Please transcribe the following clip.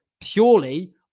purely